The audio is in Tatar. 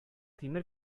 тимер